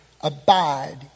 abide